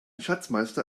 schatzmeister